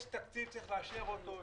יש תקציב וצריך לאשר אותו.